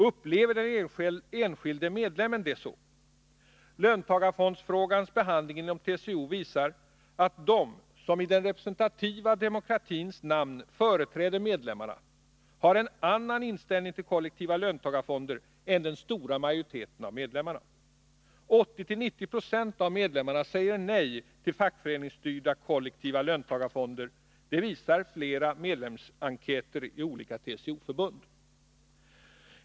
Upplever den enskilda medlemmen det så? Löntagarfondsfrågans behandling inom TCO visar att de som i den representativa demokratins namn företräder medlemmarna har en annan inställning till kollektiva löntagarfonder än den stora majoriteten av medlemmarna. 80-90 26 av medlemmarna säger nej till fackföreningsstyrda, kollektiva löntagarfonder. Det visar flera medlemsenkäter i olika TCO-förbund.